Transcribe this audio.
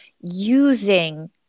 using